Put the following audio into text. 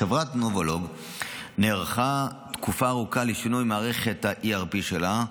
חברת נובולוג נערכה תקופה ארוכה לשינוי מערכת ה-ERP שלה,